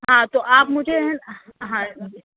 ہاں تو آپ مجھے ہے ہاں